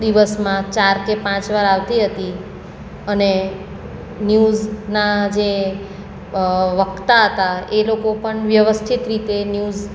દિવસમાં ચાર કે પાંચ વાર આવતી હતી અને ન્યૂઝના જે વક્તા હતા એ લોકો પણ વ્યવસ્થિત રીતે ન્યૂઝ